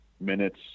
minutes